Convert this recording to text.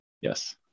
Yes